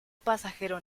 pasajero